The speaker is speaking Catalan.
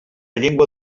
llengua